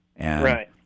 Right